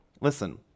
Listen